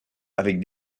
avec